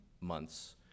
months